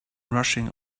rushing